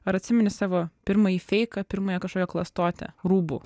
ar atsimeni savo pirmąjį feiką pirmąją kažkokią klastotę rūbų